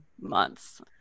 months